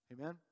Amen